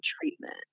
treatment